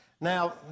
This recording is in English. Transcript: Now